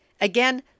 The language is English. Again